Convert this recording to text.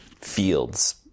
fields